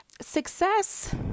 success